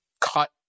cut